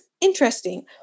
interesting